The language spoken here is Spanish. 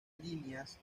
líneas